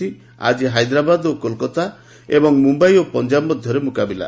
ଆଜି ହାଇଦ୍ରାବାଦ୍ ଓ କୋଲକାତା ଏବଂ ମୁମ୍ବାଇ ଓ ପଞ୍ଜାବ ମଧ୍ୟରେ ମ୍ନକାବିଲା